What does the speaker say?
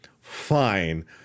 fine